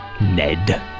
Ned